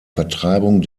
vertreibung